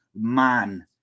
man